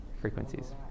frequencies